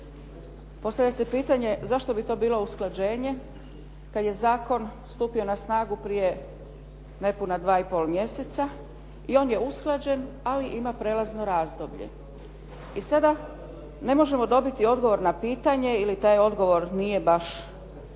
Postavlja se pitanje zašto bi to bilo usklađenje kad je zakon stupio na snagu prije nepuna dva i pol mjeseca i on je usklađen, ali ima prijelazno razdoblje. I sada ne možemo dobiti odgovor na pitanje ili taj odgovor nije baš toliko